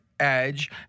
edge